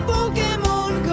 Pokemon